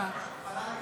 "ביום אכלני